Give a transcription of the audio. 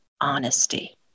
honesty